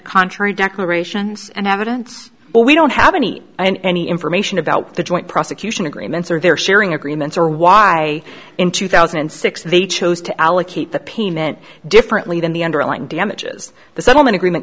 contrary declarations and evidence but we don't have any and any information about the joint prosecution agreements or they're sharing agreements or why in two thousand and six they chose to allocate the payment differently than the underlying damages the settlement agreement